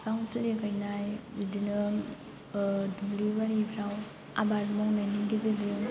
फिफां फुलि गायनाइ बिदिनो ओह दुब्लि बारिफ्राव आबाद मावनायनि गेजेरजों